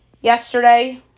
yesterday